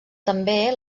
també